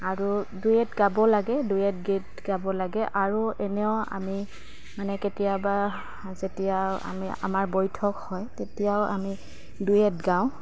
আৰু ডুৱেট গাব লাগে ডুৱেট গীত গাব লাগে আৰু এনেও আমি মানে কেতিয়াবা যেতিয়া আমি আমাৰ বৈঠক হয় তেতিয়াও আমি ডুৱেট গাওঁ